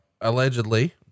allegedly